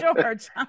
George